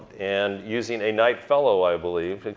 and using a knight fellow i believe.